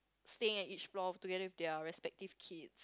staying at each floor together with their respective kids